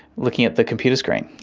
looking at the computer screen?